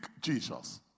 jesus